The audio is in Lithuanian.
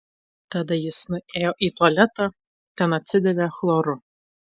tada jis nuėjo į tualetą ten atsidavė chloru